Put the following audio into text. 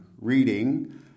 reading